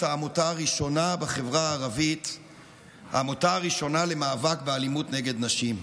העמותה הראשונה בחברה הערבית למאבק באלימות נגד נשים,